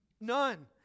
none